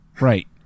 Right